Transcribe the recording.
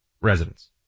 residents